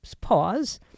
pause